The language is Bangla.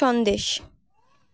সন্দেশ